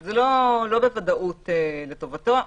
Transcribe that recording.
זה לא בוודאות לטובתו.